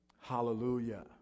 Hallelujah